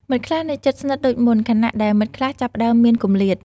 មិត្តខ្លះនៅជិតស្និទ្ធដូចមុន ខណៈដែលមិត្តខ្លះចាប់ផ្តើមមានគម្លាត។